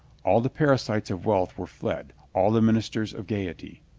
all the parasites of wealth were fled, all the ministers of gaiety.